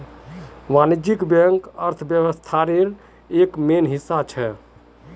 वाणिज्यिक बैंक अर्थव्यवस्थार एक मेन हिस्सा छेक